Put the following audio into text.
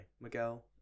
Miguel